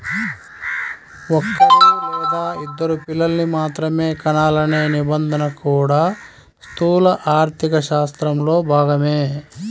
ఒక్కరూ లేదా ఇద్దరు పిల్లల్ని మాత్రమే కనాలనే నిబంధన కూడా స్థూల ఆర్థికశాస్త్రంలో భాగమే